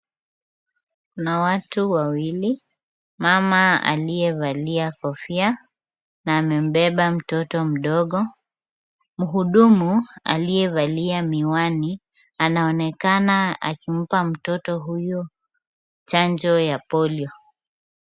Kuna watu wawili. Mama aliyevalia kofia, na amembeba mtoto mdogo. Muhudumu aliyevalia miwani, anaonekana akimpa mtoto huyu, chanjo ya polio.